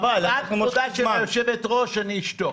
חבל --- מפאת כבודה של היושבת ראש אני אשתוק.